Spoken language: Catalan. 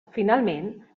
finalment